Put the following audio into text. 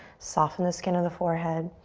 soften the skin of the forehead.